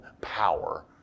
power